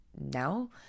now